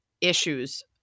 issues